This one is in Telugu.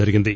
జరిగింది